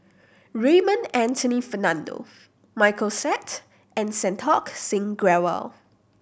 Raymond Anthony Fernando Michael Seet and Santokh Singh Grewal